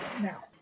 now